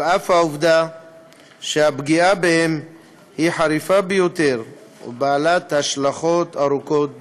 על אף העובדה שהפגיעה בהם היא חריפה ביותר ובעלת השלכות ארוכות טווח.